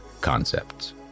concepts